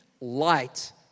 light